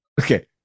Okay